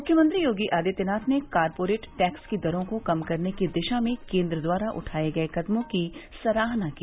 मुख्यमंत्री योगी आदित्यनाथ ने corporate tax की दरों को कम करने की दिशा मे केन्द्र द्वारा उठाये गये कदमों की सराहना की